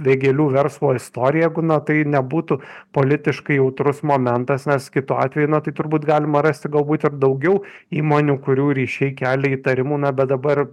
vėgėlių verslo istoriją jeigu na tai nebūtų politiškai jautrus momentas nes kitu atveju na tai turbūt galima rasti galbūt ir daugiau įmonių kurių ryšiai kelia įtarimų na bet dabar